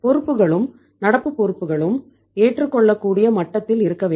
பொறுப்புகளும் நடப்பு பொறுப்புகளும் ஏற்றுக்கொள்ளக்கூடிய மட்டத்தில் இருக்க வேண்டும்